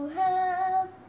help